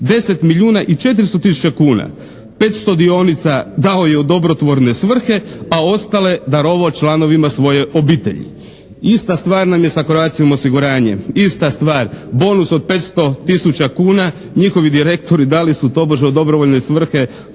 10 milijuna i 400 tisuća kuna. 500 dionica dao je u dobrotvorne svrhe, a ostale darovao članovima svoje obitelji. Ista stvar nam je sa Croatia osiguranjem. Ista stvar. Bonus od 500 tisuća kuna njihovi direktori dali su tobože u dobrovoljne svrhe,